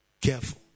Careful